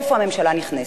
איפה הממשלה נכנסת?